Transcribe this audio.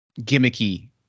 Gimmicky